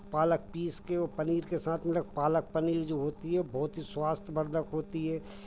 पालक पीस के वो पनीर के साथ मतलब पालक पनीर जो होती है बहुत ही स्वास्थ्यवर्धक होती है